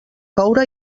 coure